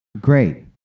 Great